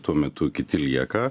tuo metu kiti lieka